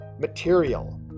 material